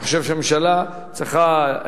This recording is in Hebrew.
אני חושב שהממשלה צריכה,